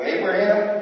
Abraham